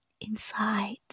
inside